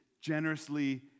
generously